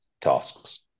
tasks